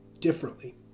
differently